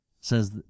says